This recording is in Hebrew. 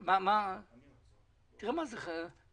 לא מהווה חסם.